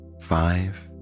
five